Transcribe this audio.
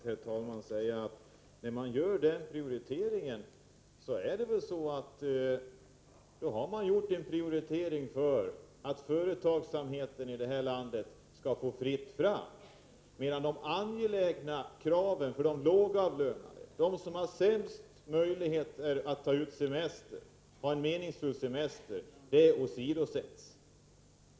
Herr talman! Jag vill bara till sist säga att när man gör den här prioriteringen, då har man också prioriterat att företagsamheten i det här landet skall få fritt fram, medan de angelägna kraven från de lågavlönade, från dem som har sämst möjligheter att ta ut en meningsfull semester, åsidosätts.